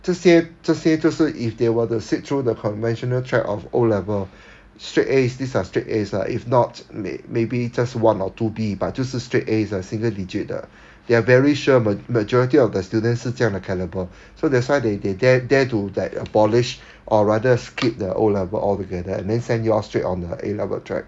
这些这些就是 if they were to sit through the conventional track of O level straight A these are straight A ah if not maybe just one or two B but 就是 straight A 的 single digit 的 they are very sure ma~ majority of the students 是这样的 calibre so that's why they they dare dare to like abolish or rather skip the O level altogether and then send you all straight on the A level track